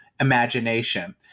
imagination